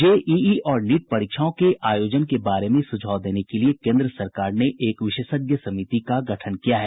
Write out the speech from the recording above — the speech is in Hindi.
जेईई और नीट परीक्षाओं के आयोजन के बारे में सुझाव देने के लिए केन्द्र सरकार ने एक विशेषज्ञ समिति का गठन किया है